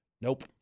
Nope